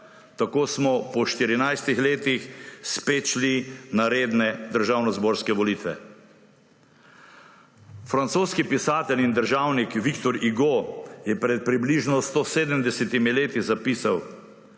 Tako smo po 14 letih spet šli na redne državnozborske volitve. Francoski pisatelj in državnik Victor Hugo je pred približno 170 leti zapisal: